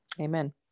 amen